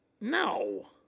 No